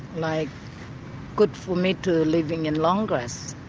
like good for me to live in long grass.